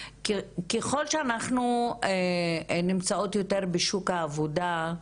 ככל שאנחנו נמצאות יותר בשוק העבודה,